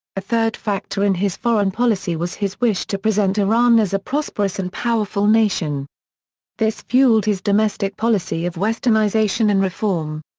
a third factor in his foreign policy was his wish to present iran as a prosperous and powerful nation this fueled his domestic policy of westernization and reform.